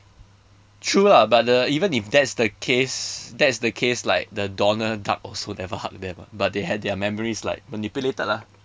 true lah but the even if that's the case that's the case like the donald duck also never hug them ah but they had their memories like manipulated lah